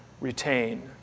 retain